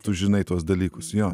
tu žinai tuos dalykus jo